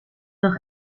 nog